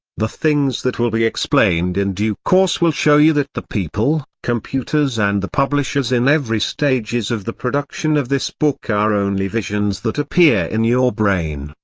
the things that will be explained explained in due course will show you that the people, computers and the publishers in every stages of the production of this book are only visions that appear in your brain,